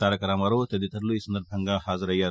తారకరామారావుతదితరలు ఈ సందర్బంగా హాజరయ్యారు